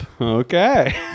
okay